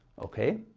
okay.